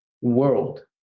world